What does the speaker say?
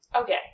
Okay